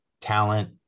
talent